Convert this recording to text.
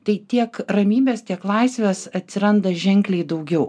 tai tiek ramybės tiek laisvės atsiranda ženkliai daugiau